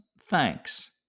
thanks